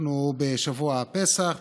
אנחנו בשבוע הפסח,